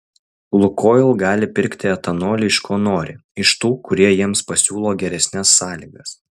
lukoil gali pirkti etanolį iš ko nori iš tų kurie jiems pasiūlo geresnes sąlygas